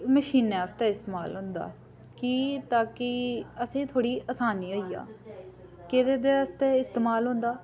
मशीनै आस्तै इस्तेमाल होंदा की ताकि असेंगी थोह्ड़ी असानी होई जा केह्दै आस्तै इस्तेमाल होंदा